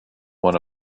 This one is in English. one